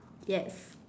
yes